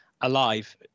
alive